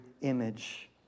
image